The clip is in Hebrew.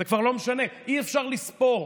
זה כבר לא משנה, אי-אפשר לספור,